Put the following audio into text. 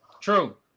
True